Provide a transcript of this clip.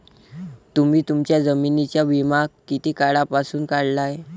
तुम्ही तुमच्या जमिनींचा विमा किती काळापासून काढला आहे?